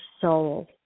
soul